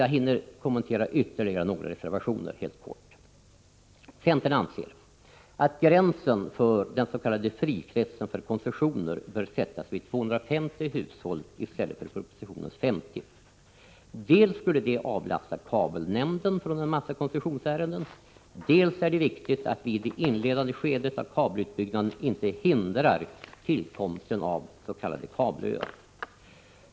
Jag hinner kommentera ytterligare några reservationer helt kort. Centern anser att gränsen för den s.k. frikretsen för koncessioner bör sättas vid 250 hushåll i stället för propositionens 50. Dels skulle detta avlasta kabelnämnden från en massa koncessionsärenden, dels är det viktigt att vi i det inledande skedet av kabelutbyggnaden inte hindrar tillkomsten av s.k. kabelöar.